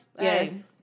Yes